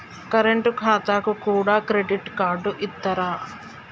Current ఖాతాకు కూడా credit card ఇత్తరా?